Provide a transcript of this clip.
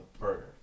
burger